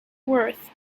worth